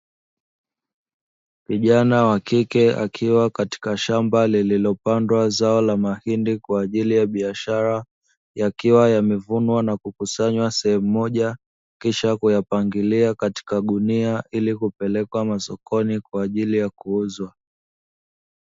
Vijana wa kike akiwa katika shamba lililopandwa zao la mahindi kwa ajili ya biashara yakiwa yamevunwa na kukusanywa sehemu moja, kisha kuyapangilia katika gunia ili kupelekwa masokoni kwa ajili ya kuuzwa.